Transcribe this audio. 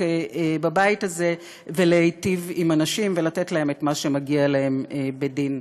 בבית הזה ולהיטיב עם אנשים ולתת להם את מה שמגיע להם בדין.